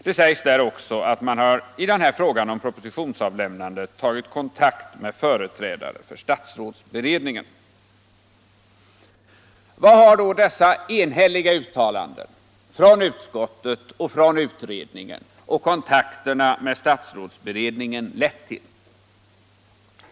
Det sägs i förslaget också att man i frågan om propositionsavlämnandet tagit kontakt med företrädare för statsrådsberedningen. Vad har då dessa enhälliga uttalanden från utskottet och från utredningen och kontakterna med statsrådsberedningen lett till?